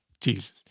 Jesus